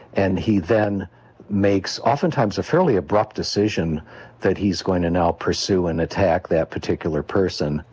and he then makes oftentimes a fairly abrupt decision that he's going to now pursue and attack that particular person.